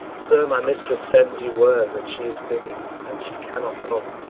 sir, my mistress sends you word that she is busy and she cannot come.